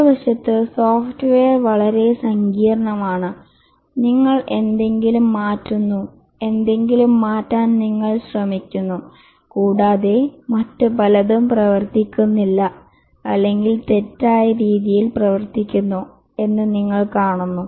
മറുവശത്ത് സോഫ്റ്റ്വെയർ വളരെ സങ്കീർണ്ണമാണ് നിങ്ങൾ എന്തെങ്കിലും മാറ്റുന്നു എന്തെങ്കിലും മാറ്റാൻ നിങ്ങൾ ശ്രമിക്കുന്നു കൂടാതെ മറ്റ് പലതും പ്രവർത്തിക്കുന്നില്ല അല്ലെങ്കിൽ തെറ്റായ രീതിയിൽ പ്രവർത്തിക്കുന്നു എന്ന് നിങ്ങൾ കാണുന്നു